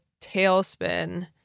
tailspin